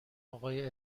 آقای